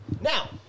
Now